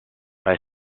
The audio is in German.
bei